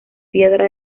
piedra